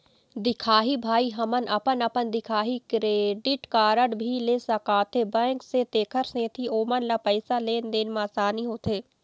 दिखाही भाई हमन अपन अपन दिखाही क्रेडिट कारड भी ले सकाथे बैंक से तेकर सेंथी ओमन ला पैसा लेन देन मा आसानी होथे?